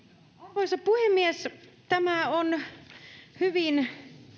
arvoisa puhemies tämä on hyvin